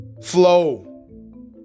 flow